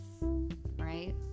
right